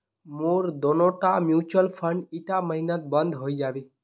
मोर दोनोटा mutual fund ईटा महिनात बंद हइ जाबे